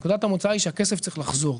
נקודת המוצא היא שהכסף צריך לחזור,